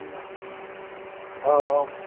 نہ نہ آ آو مےٚ سمجھ